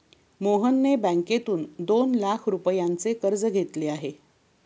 मोहनने बँकेतून दोन लाख रुपयांचे कर्ज घेतले आहे